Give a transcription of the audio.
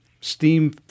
steam